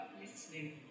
listening